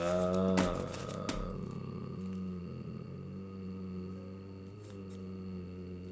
uh